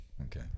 okay